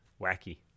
wacky